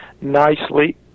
nicely